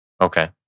Okay